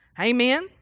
Amen